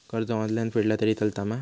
कर्ज ऑनलाइन फेडला तरी चलता मा?